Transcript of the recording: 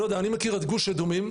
אני מכיר את גוש אדומים.